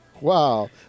Wow